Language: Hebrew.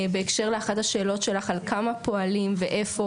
בהקשר לאחת השאלות שלך על כמה פועלים ואיפה,